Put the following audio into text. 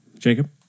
Jacob